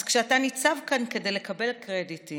אז כשאתה ניצב כאן כדי לקבל קרדיטים